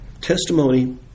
Testimony